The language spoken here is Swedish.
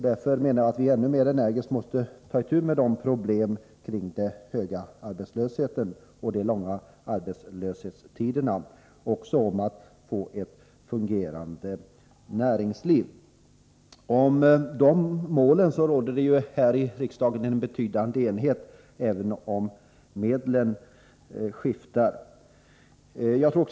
Därför måste vi energiskt ta itu med de problem som hänger samman med den höga arbetslösheten och de långa arbetslöshetsperioderna. Vi måste få ett fungerande näringsliv. Om de målen råder här i riksdagen en betydande enighet, även om åsikterna om medlen skiftar.